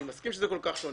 אני מסכים שזה כל כך שונה.